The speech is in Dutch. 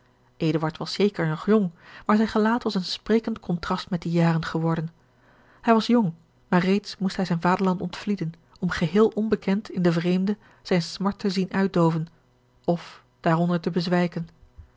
was zeker nog jong maar zijn gelaat was een sprekend contrast met die jaren geworden hij was jong maar reeds moest hij zijn vaderland ontvlieden om geheel onbekend in den vreemde zijne smart te zien uitdooven of daaronder te bezwijken